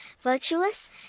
virtuous